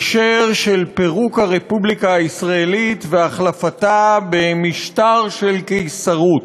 הקשר של פירוק הרפובליקה הישראלית והחלפתה במשטר של קיסרות.